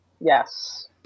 yes